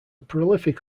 prolific